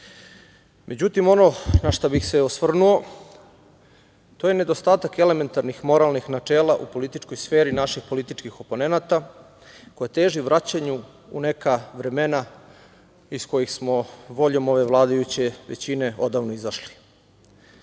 radu.Međutim, ono na šta bih se osvrnuo, to je nedostatak elementarnih moralnih načela u političkoj sferi naših političkih oponenata, koja teži vraćanju u neka vremena iz kojih smo voljom ove vladajuće većine odavno izašli. Naime,